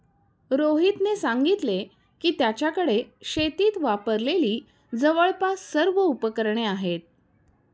रोहितने सांगितले की, त्याच्याकडे शेतीत वापरलेली जवळपास सर्व उपकरणे आहेत